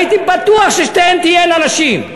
הייתי בטוח ששניהם יהיו נשים,